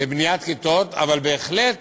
לבניית כיתות, אבל בהחלט